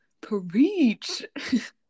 Preach